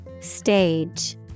Stage